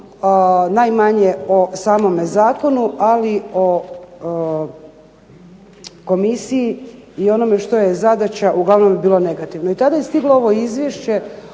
najmanje o samome zakonu, ali o komisiji i onome što je zadaća uglavnom je bilo negativno. I tada je stiglo ovo Izvješće